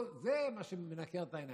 זה מה שמנקר את העיניים.